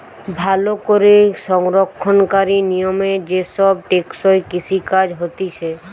ভালো করে সংরক্ষণকারী নিয়মে যে সব টেকসই কৃষি কাজ হতিছে